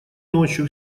ночью